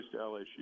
LSU